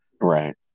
right